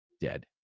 dead